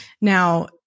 Now